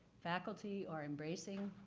faculty are embracing